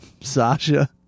Sasha